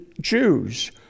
Jews